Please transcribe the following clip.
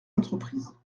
entreprises